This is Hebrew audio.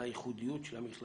על הייחודיות של המכללה,